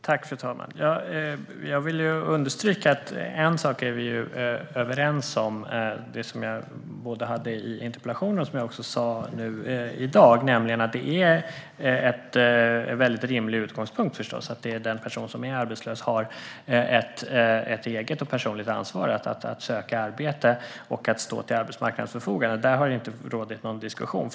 Fru talman! Jag vill understryka att vi är överens om något som jag även skrev om i min interpellation och tog upp förut, nämligen att det är en rimlig utgångspunkt att den som är arbetslös har ett eget och personligt ansvar att söka arbete och att stå till arbetsmarknadens förfogande. Därom finns ingen diskussion.